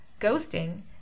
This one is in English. ghosting